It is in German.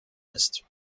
ist